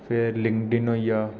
फिर लिंकडिन होई गेआ